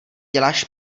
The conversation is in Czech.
děláš